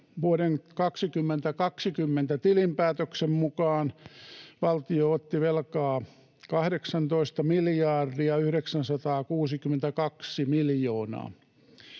vuoden 2020 tilinpäätöksen mukaan valtio otti velkaa 18,962 miljardia